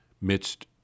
midst